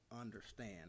understand